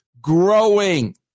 growing